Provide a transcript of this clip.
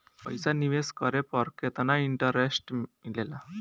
पईसा निवेश करे पर केतना इंटरेस्ट मिलेला?